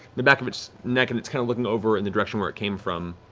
the back of its neck and it's kind of looking over in the direction where it came from.